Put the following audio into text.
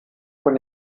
von